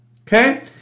Okay